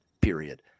period